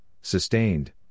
sustained